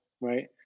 Right